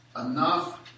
enough